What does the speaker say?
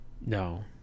no